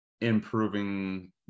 improving